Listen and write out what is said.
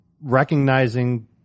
recognizing